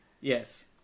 Yes